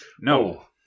no